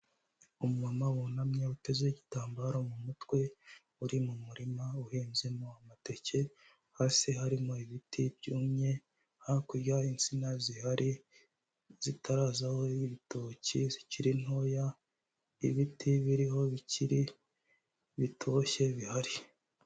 Umuma wunamye uteze igitambaro mu mutwe, uri mu murima uhinzemo amateke, hasi harimo ibiti byumye, hakurya insina zihari zitarazaho ibitoki zikiri ntoya, ibiti biriho bikiri bitoshye bihari.